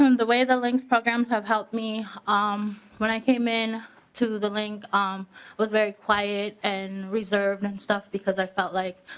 um the way the links program has helped me um when i came in to the link um was very quiet and reserved and because i felt like